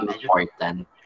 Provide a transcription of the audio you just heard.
important